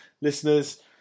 listeners